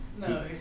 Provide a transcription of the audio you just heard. no